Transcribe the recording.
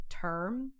term